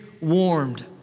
warmed